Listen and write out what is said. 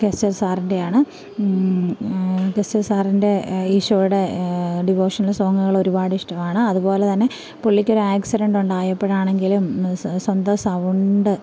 കെസ്റ്റർ സാറിൻ്റെയാണ് കെസ്റ്റർ സാറിൻ്റെ ഈശോടെ ഡിവോഷണൽ സോങ്ങുകൾ ഒരുപാട് ഇഷ്ടമാണ് അതുപോലെതന്നെ പുള്ളിക്കൊരു ആക്സിഡൻ്റ് ഉണ്ടായപ്പോഴാണെങ്കിലും സ്വന്തം സൗണ്ട്